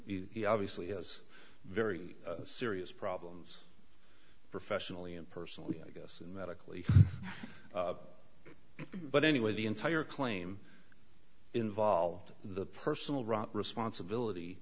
think obviously has very serious problems professionally and personally i guess medically but anyway the entire claim involved the personal responsibility